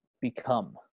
become